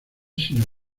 sino